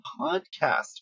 podcast